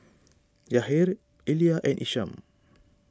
Yahir Elia and Isam